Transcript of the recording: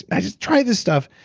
i just tried this stuff.